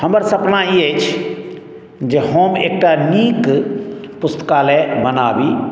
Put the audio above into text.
हमर सपना ई अछि जे हम एकटा नीक पुस्तकालय बनाबी